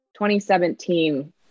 2017